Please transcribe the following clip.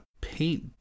paint